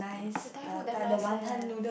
the Thai food damn nice eh